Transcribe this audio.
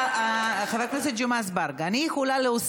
של חבר הכנסת זוהיר בהלול לא אושרה.